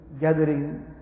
gathering